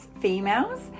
females